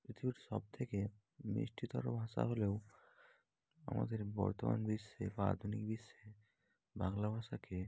পৃথিবীর সব থেকে মিষ্টিতর ভাষা হলোও আমাদের বর্তমান বিশ্বে বা আধুনিক বিশ্বে বাংলা ভাষাকে